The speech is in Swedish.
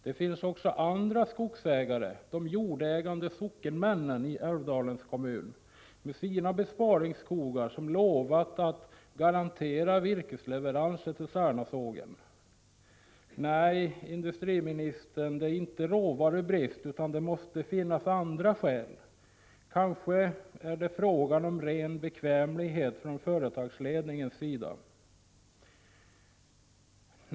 Det finns andra skogsägare i området, de jordägande sockenmännen i Älvdalens kommun med sina besparingsskogar. De har lovat att garantera virkesleveranser till Särnasågen. Nej, det är inte råvarubrist som föranleder nedläggningen, utan det måste finnas andra skäl. Kanske är det fråga om ren bekvämlighet från företagsledningens sida.